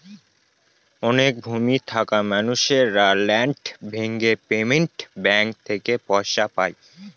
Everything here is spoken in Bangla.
অনেক ভূমি থাকা মানুষেরা ল্যান্ড ডেভেলপমেন্ট ব্যাঙ্ক থেকে পয়সা পায়